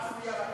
לחצתי על הכפתור.